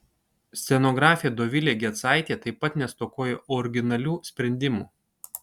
scenografė dovilė gecaitė taip pat nestokojo originalių sprendimų